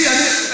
הוא פנטזיונר.